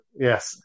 Yes